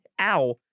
ow